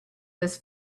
this